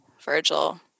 Virgil